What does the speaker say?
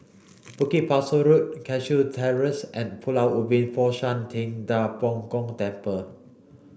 Bukit Pasoh Road Cashew Terrace and Pulau Ubin Fo Shan Ting Da Bo Gong Temple